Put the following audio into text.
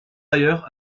ailleurs